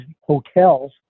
hotels